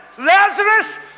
Lazarus